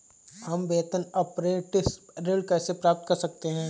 हम वेतन अपरेंटिस ऋण कैसे प्राप्त कर सकते हैं?